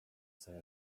say